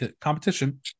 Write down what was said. competition